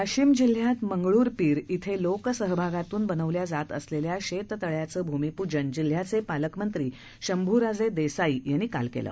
वाशीम जिल्ह्यात मंगळ्रपीर इथं लोकसहभागातून बनवल्या जात असलेल्या शेततळ्याचं भूमिपूजन जिल्ह्याचे पालकमंत्री शंभूराजे देसाई यांनी काल केलं